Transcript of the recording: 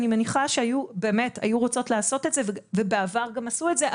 אני מניחה שבאמת היו רוצות לעשות את זה ובעבר גם עשו את זה,